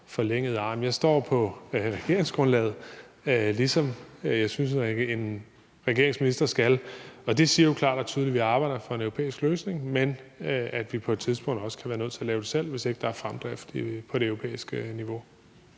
forlængede arm. Jeg står på regeringsgrundlaget, ligesom jeg synes en regerings minister skal, og det siger jo klart og tydeligt, at vi arbejder for en europæisk løsning, men at vi på et tidspunkt også kan være nødt til at lave det selv, hvis ikke der er fremdrift på det europæiske niveau.